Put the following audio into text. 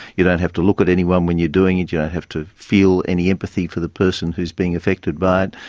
you don't have to look at anyone when you're doing it, you don't have to feel any empathy for the person who is being affected by it,